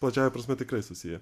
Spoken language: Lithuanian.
plačiąja prasme tikrai susiję